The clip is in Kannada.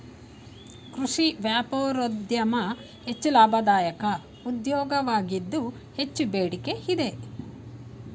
ಕೃಷಿ ವ್ಯಾಪಾರೋದ್ಯಮ ಹೆಚ್ಚು ಲಾಭದಾಯಕ ಉದ್ಯೋಗವಾಗಿದ್ದು ಹೆಚ್ಚು ಬೇಡಿಕೆ ಇದೆ